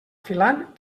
filant